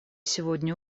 сегодня